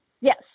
Yes